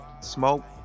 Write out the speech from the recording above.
smoke